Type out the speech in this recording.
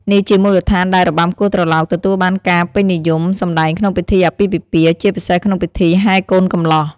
នេះជាមូលហេតុដែលរបាំគោះត្រឡោកទទួលបានការពេញនិយមសម្តែងក្នុងពិធីអាពាហ៍ពិពាហ៍ ជាពិសេសក្នុងពិធីហែកូនកំលោះ។